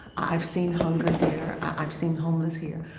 i've seen hunger here. i've seen homeless here.